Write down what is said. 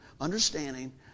understanding